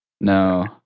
No